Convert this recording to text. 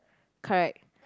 correct